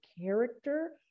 character